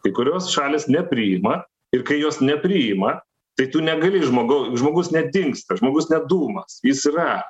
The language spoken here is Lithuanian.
kai kurios šalys nepriima ir kai jos nepriima tai tu negali žmogau žmogus nedingsta žmogus ne dūmas jis yra